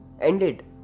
ended